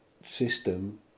system